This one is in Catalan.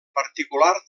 particular